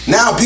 Now